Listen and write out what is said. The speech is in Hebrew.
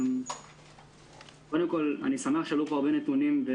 אני שמח שהציגו פה הרבה נתונים.